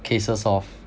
cases of